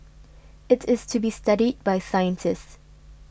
it is to be studied by scientists